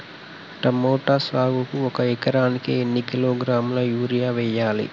Tomato సాగుకు ఒక ఎకరానికి ఎన్ని కిలోగ్రాముల యూరియా వెయ్యాలి?